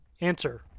Answer